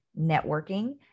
networking